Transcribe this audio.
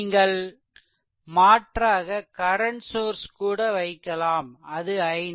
நீங்கள் மாற்றாக current source கூட வைக்கலாம் அது i0